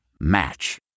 Match